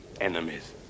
enemies